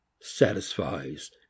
satisfies